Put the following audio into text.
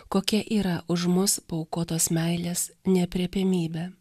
kokia yra už mus paaukotos meilės neaprėpiamybė